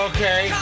Okay